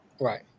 Right